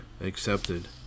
accepted